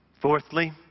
fourthly